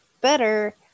better